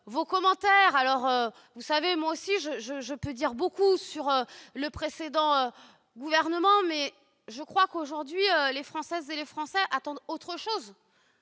vos commentaires. Je peux moi aussi beaucoup dire sur le précédent gouvernement, mais je crois qu'aujourd'hui les Françaises et les Français attendent autre chose